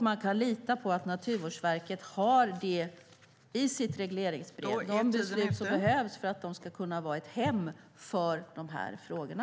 Man kan lita på att Naturvårdsverket i sitt regleringsbrev har de beslut som behövs för att de ska kunna vara ett hem för de här frågorna.